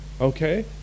Okay